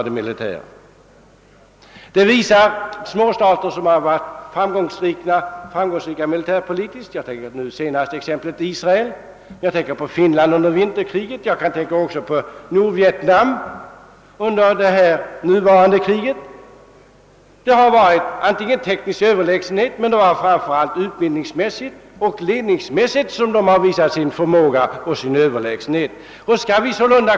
Det visar småstater som har varit militärpolitiskt framgångsrika — jag erinrar om Israel, om Finland under vinterkriget och om Nordvietnam under det nu pågående kriget. De har kanske haft tekniska försteg, men det är framför allt utbildningsmässigt och ledningsmässigt som de visat sin överlägsna förmåga.